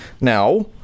Now